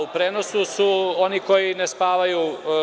Da, u prenosu su oni koji ne spavaju.